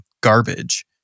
garbage